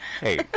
Hey